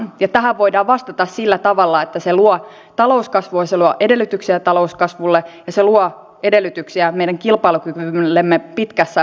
ja tähän voidaan vastata sillä tavalla että se luo talouskasvua se luo edellytyksiä talouskasvulle ja se luo edellytyksiä meidän kilpailukyvyllemme pitkässä aikajaksossa